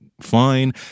fine